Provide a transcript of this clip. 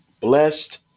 Blessed